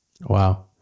Wow